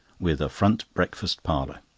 with a front breakfast-parlour.